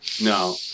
No